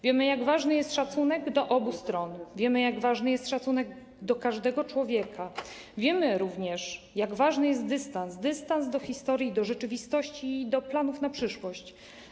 Wiemy, jak ważny jest szacunek do obu stron, wiemy, jak ważny jest szacunek do każdego człowieka, wiemy również, jak ważny jest dystans - dystans do historii, do rzeczywistości i do planów na przyszłość.